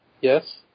Yes